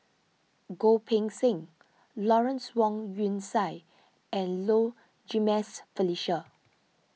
Goh Poh Seng Lawrence Wong Shyun Tsai and Low Jimenez Felicia